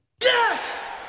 Yes